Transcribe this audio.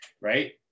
right